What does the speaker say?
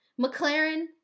McLaren